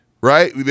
right